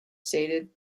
stated